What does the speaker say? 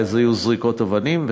ואז היו זריקות אבנים,